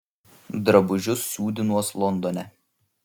drabužius siūdinuos londone